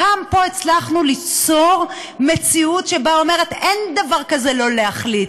הפעם פה הצלחנו ליצור מציאות שאומרת שאין דבר כזה לא להחליט,